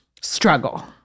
struggle